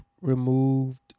removed